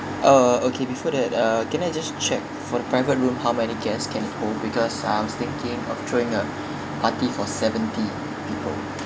uh okay before that uh can I just check for the private room how many guests can it hold because I was thinking of throwing a party for seventy people